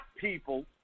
people